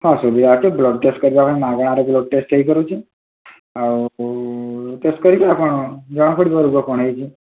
ହଁ ସୁବିଧା ଅଛି ବ୍ଲଡ଼୍ ଟେଷ୍ଟ୍ କରିବା ପାଇଁ ମାଗଣାରେ ବ୍ଲଡ଼୍ ଟେଷ୍ଟ ହୋଇପାରୁଛି ଆଉ ଟେଷ୍ଟ କରିବେ ଆପଣ ଜଣା ପଡ଼ିବ ରୋଗ କ'ଣ ହୋଇଛି